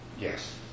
Yes